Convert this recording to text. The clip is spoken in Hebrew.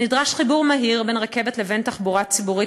נדרש חיבור מהיר בין רכבת לבין תחבורה ציבורית